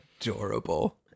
Adorable